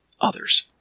others